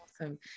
awesome